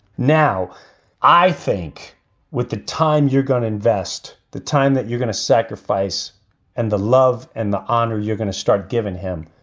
now i think with the time you're gonna invest, the time that you're going to sacrifice and the love and the honor you're going to start giving him,